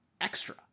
Extra